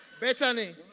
Bethany